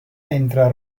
entre